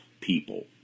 people